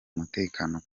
mutekano